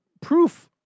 proof